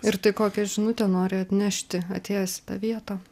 ir tai kokią žinutę nori atnešti atėjęs į tą vietą